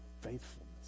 faithfulness